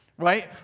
right